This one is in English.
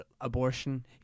abortion